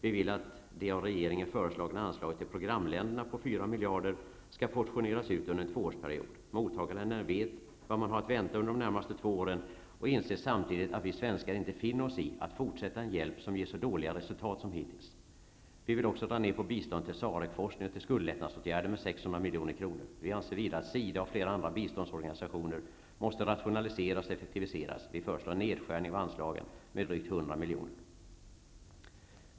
Vi vill att det av regeringen föreslagna anslaget till programländerna om 4 miljarder skall portioneras ut under en tvåårsperiod. I mottagarländerna vet man vad man har att vänta under de närmaste två åren, och man inser samtidigt att vi svenskar inte finner oss i att fortsätta en hjälp som ger så dåliga resultat som hittills. Vi vill också dra ned på biståndet till SAREC-forskning och till skuldlättnadsåtgärder med 600 milj.kr. Vi anser vidare att SIDA och flera andra biståndsorganisationer måste rationalisras och effektiviseras. Vi föreslår en nedskärning av anslagen med drygt 100 miljoner.